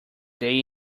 day